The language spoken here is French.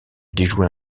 déjouer